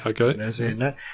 okay